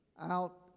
out